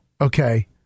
okay